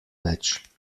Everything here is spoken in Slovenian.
več